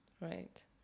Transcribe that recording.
right